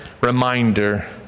reminder